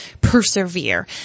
persevere